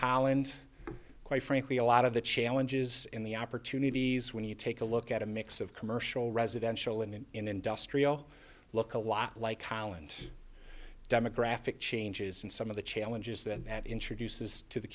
how and quite frankly a lot of the challenges in the opportunities when you take a look at a mix of commercial residential and in industrial look a lot like highland demographic changes and some of the challenges that that introduces to the